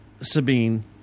Sabine